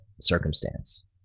circumstance